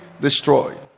destroyed